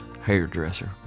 hairdresser